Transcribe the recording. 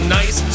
nice